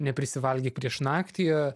ne prisivalgyk prieš naktį